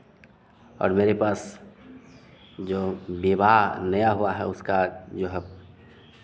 और मेरे पास जो विवाह नया हुआ है उसका जो है